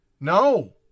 No